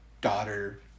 daughter